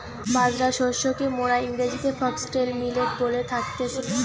বাজরা শস্যকে মোরা ইংরেজিতে ফক্সটেল মিলেট বলে থাকতেছি